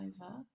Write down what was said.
over